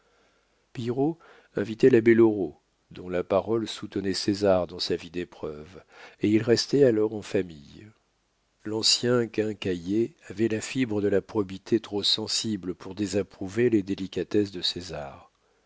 invitait l'abbé loraux dont la parole soutenait césar dans sa vie d'épreuves et ils restaient alors en famille l'ancien quincaillier avait la fibre de la probité trop sensible pour désapprouver les délicatesses de césar